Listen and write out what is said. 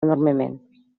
enormement